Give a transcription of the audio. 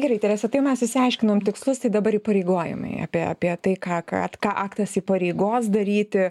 gerai terese tai mes išsiaiškinom tikslus tai dabar įpareigojimai apie apie tai ką ką ką aktas įpareigos daryti